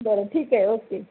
बरं ठीक आहे ओके